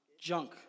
junk